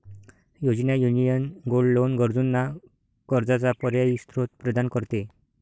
योजना, union gold loan गरजूंना कर्जाचा पर्यायी स्त्रोत प्रदान करते